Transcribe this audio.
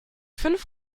fünf